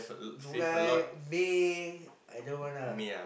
July May either one ah